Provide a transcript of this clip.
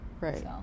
right